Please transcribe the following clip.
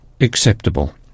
acceptable